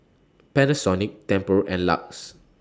Panasonic Tempur and LUX